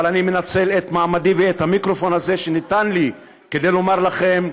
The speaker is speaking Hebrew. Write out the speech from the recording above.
אבל אני מנצל את מעמדי ואת המיקרופון הזה שניתן לי כדי לומר לכם: